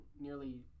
nearly